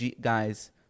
Guys